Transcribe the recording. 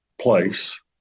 place